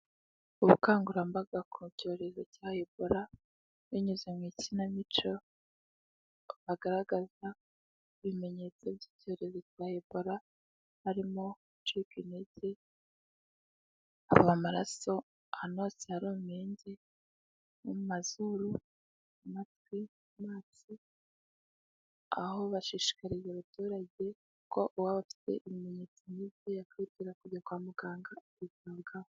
Ubukangurambaga ku cyorezo cya ebola binyuze mu ikinamico, aho bagaragaza ibimenyetso by'ibyorezo bya ebola harimo gucika intege, kuva amaraso ahantu hose hari umwenge, mu mazuru mu matwi mu maso, aho bashishikariza abaturage ko uwaba afite ibimenyetso nk'ibyo yakwihutira kujya kwa muganga akitabwaho.